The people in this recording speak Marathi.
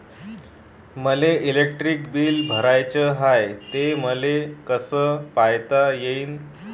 मले इलेक्ट्रिक बिल भराचं हाय, ते मले कस पायता येईन?